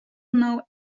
know